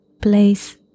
place